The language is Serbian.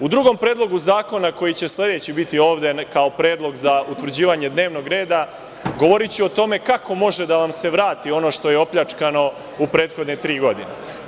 U drugom Predlogu zakona, koji će sledeći biti ovde kao predlog za utvrđivanje dnevnog reda, govoriću o tome kako može da vam se vrati ono što je opljačkano u prethodne tri godine.